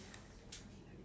cool right